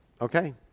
Okay